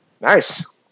Nice